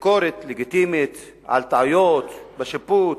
ביקורת לגיטימית על טעויות בשיפוט,